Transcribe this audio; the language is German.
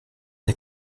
der